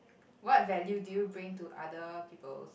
what value do you bring to other peoples